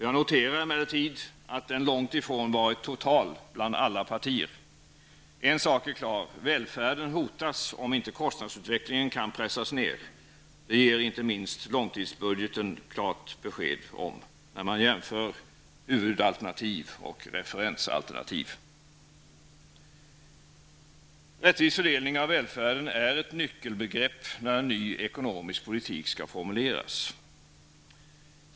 Jag noterar emellertid att den långt ifrån varit total bland alla partier. En sak är klar, välfärden hotas om inte kostnadsutvecklingen kan pressas ned. Det ger inte minst långtidsbudgeten klart besked om när man jämför huvudalternativ och referenslaternativ. Rättvis fördelning av välfärden är ett nyckelbegrepp när en ny ekonomisk politik skall formuleras.